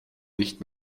nicht